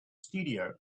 studio